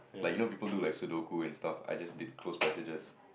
like you know people do like Sudoku and stuff I just did close passages